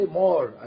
more